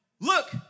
look